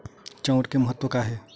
चांउर के महत्व कहां हे?